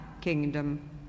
kingdom